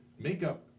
makeup